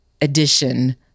edition